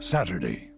Saturday